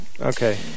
okay